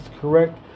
correct